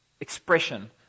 expression